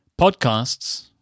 Podcasts